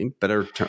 better